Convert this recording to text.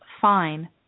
Fine